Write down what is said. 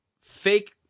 Fake